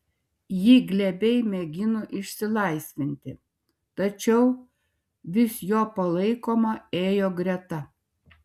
ji glebiai mėgino išsilaisvinti tačiau vis jo palaikoma ėjo greta